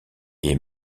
est